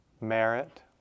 merit